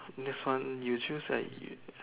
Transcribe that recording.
this one you choose eh you